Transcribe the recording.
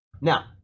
Now